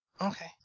Okay